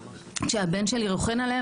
כשהבן שלי רוכן עליה,